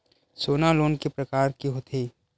सोना लोन के प्रकार के होथे?